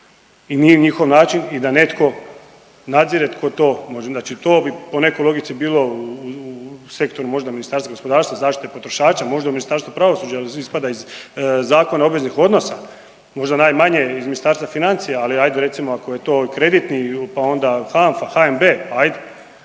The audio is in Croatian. I nije njihov način i da netko nadzire tko to može, znači to bi po nekoj logici bilo u sektoru možda Ministarstva gospodarstva, zaštite potrošača, možda u Ministarstvu pravosuđa jer ispada iz Zakona o obveznih odnosa, možda najmanje iz Ministarstva financija, ali ajde, recimo ako je to kreditni, pa onda HANFA, HNB, pa ajde.